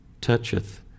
toucheth